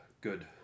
good